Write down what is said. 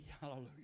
Hallelujah